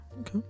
okay